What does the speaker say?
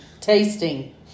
tasting